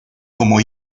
como